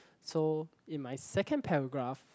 so in my second paragraph